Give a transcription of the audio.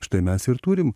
štai mes ir turim